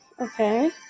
Okay